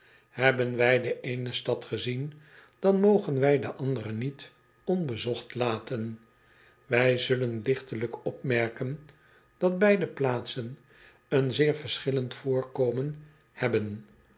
ebben wij de eene stad gezien dan mogen wij de andere niet onbezocht laten ij zullen ligtelijk opmerken dat beide plaatsen een zeer verschillend voorkomen hebben